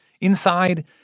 Inside